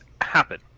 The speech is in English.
happen